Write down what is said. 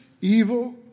evil